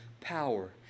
power